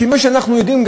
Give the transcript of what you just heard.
כמו שאנחנו יודעים,